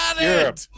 Europe